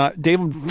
David